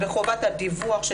אז